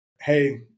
hey